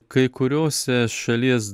kai kuriose šalies